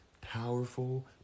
powerful